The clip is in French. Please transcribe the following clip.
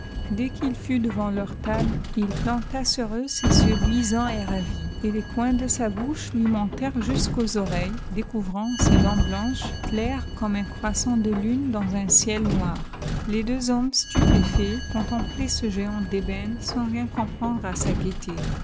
dès qu'il fut devant leur table il planta sur eux ses yeux luisants et ravis et les coins de sa bouche lui montèrent jusqu'aux oreilles découvrant ses dents blanches claires comme un croissant de lune dans un ciel noir les deux hommes stupéfaits contemplaient ce géant d'ébène sans rien comprendre à sa gaieté